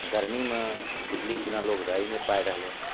गर्मीमे बिजलीके बिना लोक रहि नहि पाइ रहलै हने